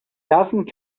doesn’t